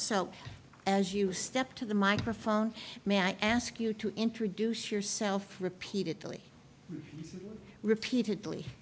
so as you step to the microphone may i ask you to introduce yourself repeatedly repeatedly